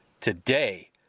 Today